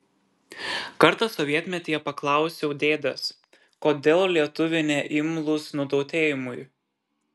kartą sovietmetyje paklausiau dėdės kodėl lietuviai neimlūs nutautėjimui